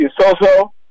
so-so